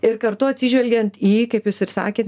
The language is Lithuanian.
ir kartu atsižvelgiant į jį kaip jūs ir sakėt